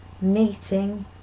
meeting